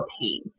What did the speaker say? pain